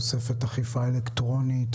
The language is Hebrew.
תוספת אכיפה אלקטרונית?